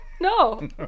No